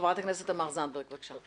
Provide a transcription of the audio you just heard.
חברת הכנסת תמר זנדברג, בבקשה.